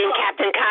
Captain